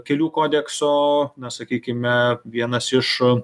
kelių kodekso na sakykime vienas iš